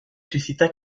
suscita